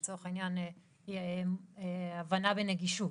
לצורך העניין הבנה בנגישות.